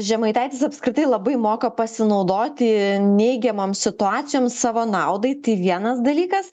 žemaitaitis apskritai labai moka pasinaudoti neigiamom situacijom savo naudai tai vienas dalykas